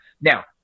Now